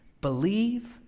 believe